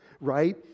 right